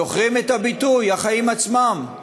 זוכרים את הביטוי "החיים עצמם"?